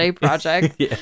project